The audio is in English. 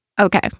Okay